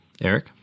Eric